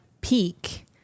peak